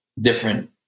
different